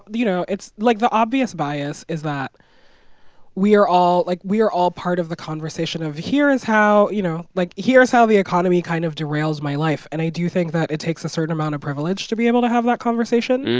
you know, it's like, the obvious bias is that we are all like, we are all part of the conversation of here is how, you know like, here's how the economy kind of derails my life. and i do think that it takes a certain amount of privilege to be able to have that conversation.